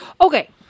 Okay